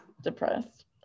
Depressed